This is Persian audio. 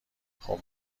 خوب